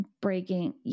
Breaking